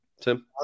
Tim